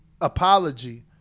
apology